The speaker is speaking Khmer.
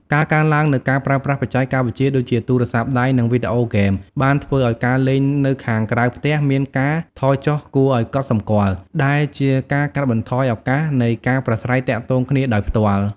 ការកើនឡើងនូវការប្រើប្រាស់បច្ចេកវិទ្យាដូចជាទូរស័ព្ទដៃនិងវីដេអូហ្គេមបានធ្វើឲ្យការលេងនៅខាងក្រៅផ្ទះមានការថយចុះគួរឱ្យកត់សម្គាល់ ដែលជាការកាត់បន្ថយឱកាសនៃការប្រាស្រ័យទាក់ទងគ្នាដោយផ្ទាល់។